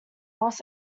los